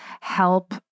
help